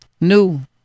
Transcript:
new